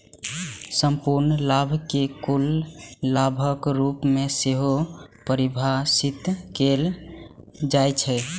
संपूर्ण लाभ कें कुल लाभक रूप मे सेहो परिभाषित कैल जाइ छै